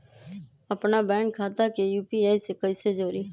अपना बैंक खाता के यू.पी.आई से कईसे जोड़ी?